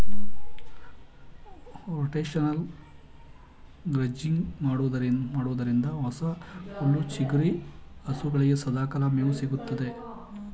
rotational grazing ಮಾಡೋದ್ರಿಂದ ಹೊಸ ಹುಲ್ಲು ಚಿಗುರಿ ಹಸುಗಳಿಗೆ ಸದಾಕಾಲ ಮೇವು ಸಿಗುತ್ತದೆ